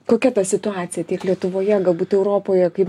kokia ta situacija tiek lietuvoje galbūt europoje kaip